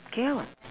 can